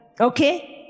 Okay